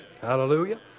Hallelujah